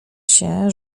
się